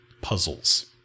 puzzles